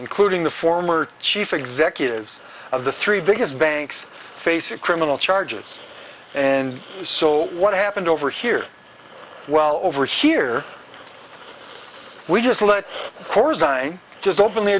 including the former chief executives of the three biggest banks facing criminal charges and so what happened over here well over here we just like course i just